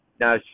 Now